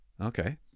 Okay